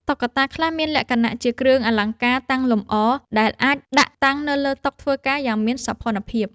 តុក្កតាខ្លះមានលក្ខណៈជា គ្រឿងអលង្ការតាំងលម្អ ដែលអាចដាក់តាំងនៅលើតុធ្វើការយ៉ាងមានសោភ័ណភាព។